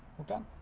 well done.